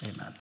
Amen